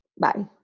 bye